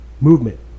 movement